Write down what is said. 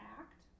act